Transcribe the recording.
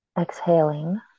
Exhaling